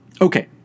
Okay